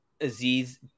Aziz